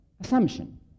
assumption